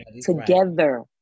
together